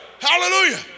Hallelujah